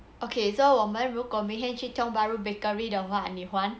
okay so 我们如果明天去 Tiong Bahru Bakery 的话你还